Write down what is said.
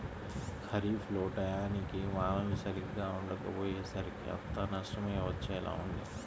ఖరీఫ్ లో టైయ్యానికి వానలు సరిగ్గా పడకపొయ్యేసరికి అంతా నష్టమే వచ్చేలా ఉంది